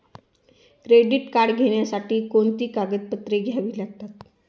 Credit card घेण्यासाठी कोणती कागदपत्रे घ्यावी लागतात?